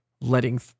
letting